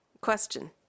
Question